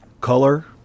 color